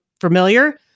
familiar